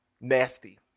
Nasty